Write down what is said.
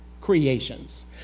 creations